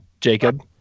Jacob